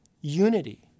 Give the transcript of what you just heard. unity